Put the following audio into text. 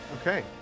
Okay